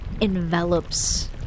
envelops